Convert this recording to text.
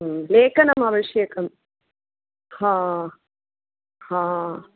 लेखनम् आवश्यकम्